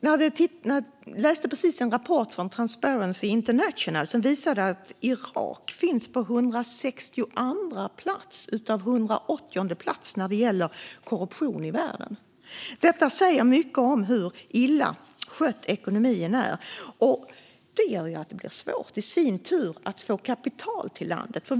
Jag läste precis en rapport från Transparency International som visade att Irak finns på plats 162 av 180 när det gäller korruption i världen. Detta säger mycket om hur illa skött ekonomin är. Det gör att det i sin tur blir svårt att få kapital till landet.